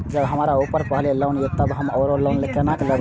जब हमरा ऊपर पहले से लोन ये तब हम आरो लोन केना लैब?